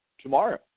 tomorrow